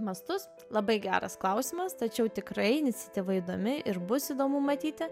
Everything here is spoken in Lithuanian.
mastus labai geras klausimas tačiau tikrai iniciatyva įdomi ir bus įdomu matyti